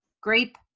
grape